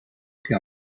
que